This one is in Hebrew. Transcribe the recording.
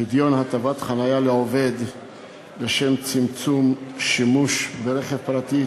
פדיון הטבת חניה לעובד לשם צמצום שימוש ברכב פרטי,